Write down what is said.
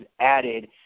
added